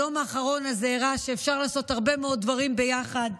היום האחרון הזה הראה שאפשר לעשות הרבה מאוד דברים ביחד.